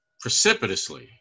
precipitously